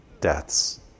deaths